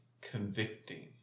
convicting